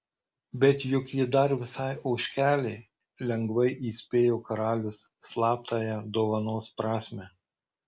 bet juk ji dar visai ožkelė lengvai įspėjo karalius slaptąją dovanos prasmę